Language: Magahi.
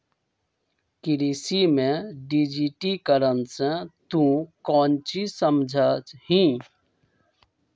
कृषि में डिजिटिकरण से तू काउची समझा हीं?